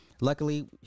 Luckily